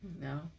no